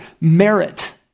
merit